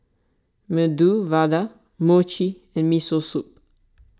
Medu Vada Mochi and Miso Soup